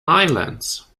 islands